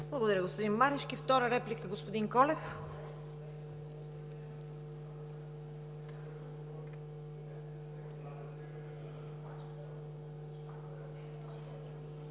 Благодаря, господин Марешки. Втора реплика – господин Колев.